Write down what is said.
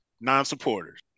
non-supporters